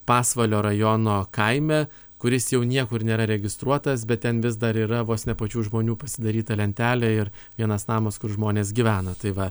pasvalio rajono kaime kuris jau niekur nėra registruotas bet ten vis dar yra vos ne pačių žmonių pasidaryta lentelė ir vienas namas kur žmonės gyvena tai va